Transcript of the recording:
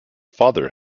father